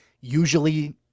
usually